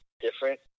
different